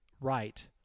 Right